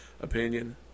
opinion